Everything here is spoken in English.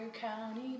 County